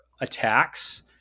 attacks